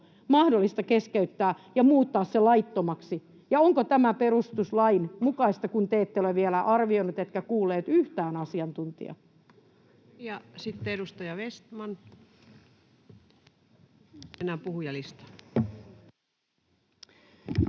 mahdollista keskeyttää ja muuttaa se laittomaksi ja onko tämä perustuslain mukaista, kun te ette ole vielä arvioineet ettekä kuulleet yhtään asiantuntijaa. [Speech 343] Speaker: Ensimmäinen